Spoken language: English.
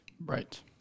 Right